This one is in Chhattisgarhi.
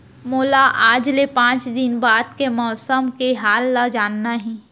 मोला आज ले पाँच दिन बाद के मौसम के हाल ल जानना हे?